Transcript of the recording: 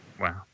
Wow